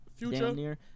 future